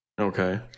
Okay